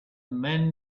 men